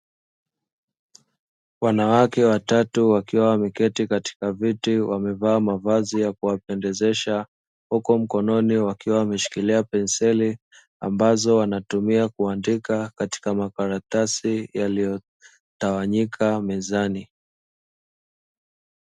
Wanawake watatu wakiwa wameketi katika viti wamevaa mavazi ya kuwapendezesha, huku mkononi wakiwa wameshikilia penseli ambazo wanatumia kuandika katika makaratasi yaliyotawanyika mezani.